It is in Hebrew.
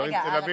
רגע,